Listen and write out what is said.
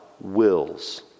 wills